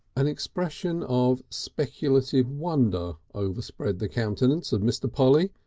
an expression of speculative wonder overspread the countenance of mr. polly.